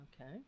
Okay